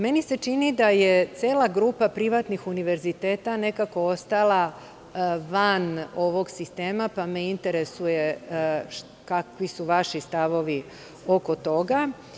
Meni se čini da je cela grupa privatnih univerziteta nekako ostala van ovog sistema, pa me interesuje kakvi su vaši stavovi oko toga.